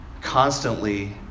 constantly